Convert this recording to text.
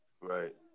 Right